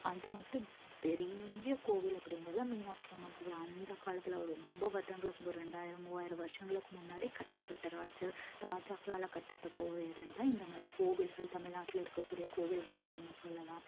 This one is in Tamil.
அது வந்துட்டு பெரிய கோவில் அப்படிங்குறது மீனாட்சி அம்மன் கோவில் அந்த காலத்தில் ரொம்ப வருடங்களுக்கு ரெண்டாயிரம் மூவாயிரம் வருஷங்களுக்கு முன்னாடி கட்டப்பட்ட ராஜர் ராஜாக்களால் கட்டப்பட்ட ஒரு இடந்தான் இந்தமாதிரி கோவில்கள் தமிழ்நாட்டில் இருக்கக்கூடிய கோவில்கள் அப்படின்னு சொல்லலாம்